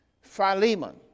Philemon